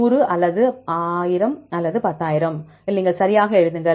100 அல்லது 10000 1000 இல் நீங்கள் சரியாக எழுதுங்கள்